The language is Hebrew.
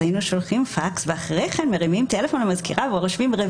היינו שולחים פקס ואחר כך מרימים טלפון למזכירה ורושמים זאת